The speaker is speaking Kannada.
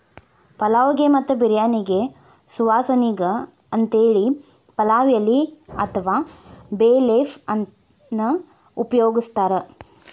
ಪಲಾವ್ ಗೆ ಮತ್ತ ಬಿರ್ಯಾನಿಗೆ ಸುವಾಸನಿಗೆ ಅಂತೇಳಿ ಪಲಾವ್ ಎಲಿ ಅತ್ವಾ ಬೇ ಲೇಫ್ ಅನ್ನ ಉಪಯೋಗಸ್ತಾರ